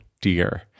dear